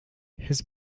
his